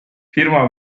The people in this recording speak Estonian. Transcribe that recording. firma